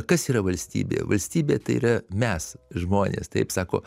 kas yra valstybė valstybė tai yra mes žmonės taip sako